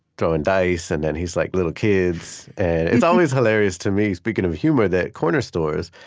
throwing dice, and then he's, like, little kids and it's always hilarious to me, speaking of humor, that corner stores,